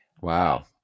Wow